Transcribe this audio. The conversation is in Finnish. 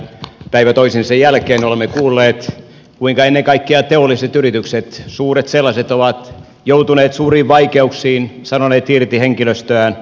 päivä toisensa jälkeen olemme kuulleet kuinka ennen kaikkea teolliset yritykset suuret sellaiset ovat joutuneet suuriin vaikeuksiin sanoneet irti henkilöstöään